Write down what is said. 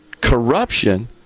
corruption